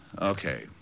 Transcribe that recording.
okay